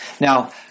Now